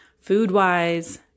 food-wise